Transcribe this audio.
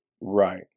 right